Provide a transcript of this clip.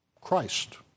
Christ